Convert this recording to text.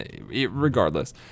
Regardless